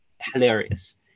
hilarious